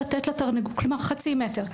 כלומר, חצי מטר.